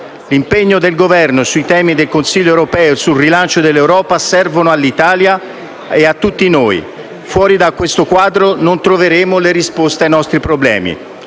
L'impegno del Governo sui temi del Consiglio europeo e sul rilancio dell'Europa servono all'Italia e a tutti noi. Fuori da questo quadro non troveremo le risposte ai nostri problemi.